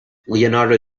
leonardo